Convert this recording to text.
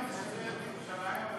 "אל-ג'זירה" משדרת מירושלים,